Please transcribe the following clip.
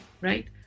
right